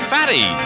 Fatty